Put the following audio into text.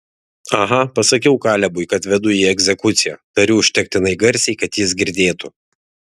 aha pasakiau kalebui kad vedu į egzekuciją tariu užtektinai garsiai kad jis girdėtų